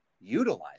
Utilize